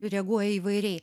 reaguoja įvairiai